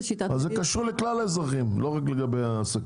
אז זה קשור לכלל האזרחים, ולא רק לעסקים.